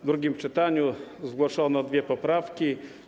W drugim czytaniu zgłoszono dwie poprawki.